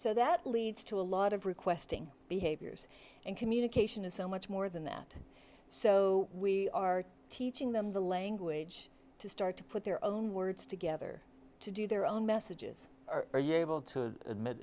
so that leads to a lot of requesting behaviors and communication is so much more than that so we are teaching them the language to start to put their own words together to do their own messages are you able to admit